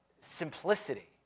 simplicity